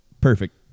Perfect